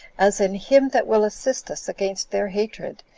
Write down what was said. as in him that will assist us against their hatred,